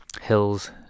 hills